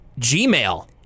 Gmail